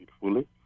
fully